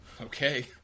Okay